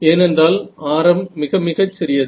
ஏனென்றால் ஆரம் மிகச் சிறியது